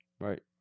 Right